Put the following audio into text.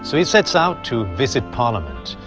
so he sets out to visit parliament,